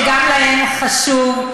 שגם להם חשוב,